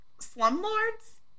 slumlords